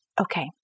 okay